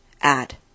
add